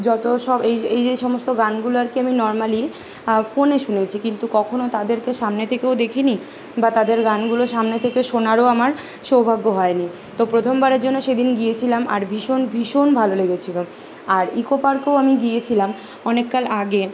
যত সব এই যে এই যে সমস্ত গানগুলো আর কি আমি নর্মালি ফোনে শুনেছি কিন্তু কখনও তাদেরকে সামনে থেকেও দেখিনি বা তাদের গানগুলো সামনে থেকে শোনারও আমার সৌভাগ্য হয়নি তো প্রথমবারের জন্য সেদিন গিয়েছিলাম আর ভীষণ ভীষণ ভালো লেগেছিল আর ইকো পার্কেও আমি গিয়েছিলাম অনেককাল আগে